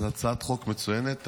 זו הצעת חוק מצוינת.